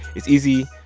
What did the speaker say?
it's easy.